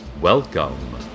welcome